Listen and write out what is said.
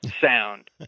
sound